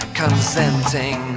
consenting